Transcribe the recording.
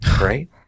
Right